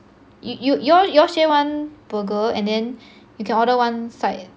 you you you all you all share one burger and then you can order one side